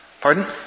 Pardon